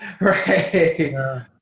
Right